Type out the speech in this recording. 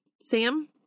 Sam